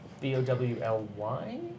B-O-W-L-Y